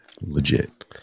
legit